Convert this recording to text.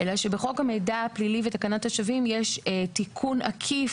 בחוק המידע הפלילי ותקנת השבים יש תיקון עקיף